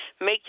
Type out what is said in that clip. make